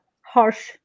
harsh